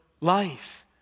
life